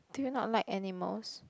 do you not like animals